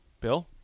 Bill